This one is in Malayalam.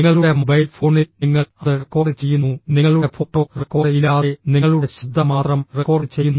നിങ്ങളുടെ മൊബൈൽ ഫോണിൽ നിങ്ങൾ അത് റെക്കോർഡ് ചെയ്യുന്നു നിങ്ങളുടെ ഫോട്ടോ റെക്കോർഡ് ഇല്ലാതെ നിങ്ങളുടെ ശബ്ദം മാത്രം റെക്കോർഡ് ചെയ്യുന്നു